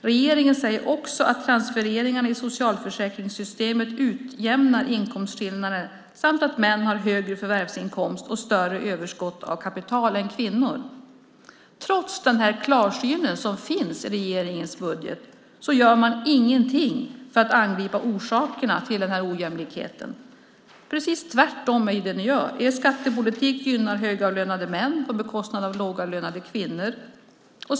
Regeringen säger också att transfereringarna i socialförsäkringssystemet utjämnar inkomstskillnader samt att män har högre förvärvsinkomst och större överskott av kapital än kvinnor. Trots den klarsyn som finns i regeringens budget gör man ingenting för att angripa orsakerna till ojämlikheten. Ni gör precis tvärtom. Er skattepolitik gynnar högavlönade män på bekostnad av lågavlönade kvinnor.